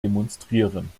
demonstrieren